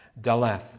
Daleth